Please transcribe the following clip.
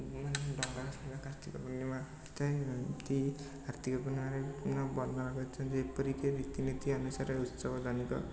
ମାନେ ଡଙ୍ଗା ଭସା କାର୍ତ୍ତିକ ପୂର୍ଣ୍ଣିମା ହୋଇଥାଏ ଏମିତି କାର୍ତ୍ତିକ ପୂର୍ଣ୍ଣିମାରେ ବର୍ଣ୍ଣନା କରିଛନ୍ତି ଏପରିକି ରୀତିନୀତି ଅନୁସାରେ ଉତ୍ସବ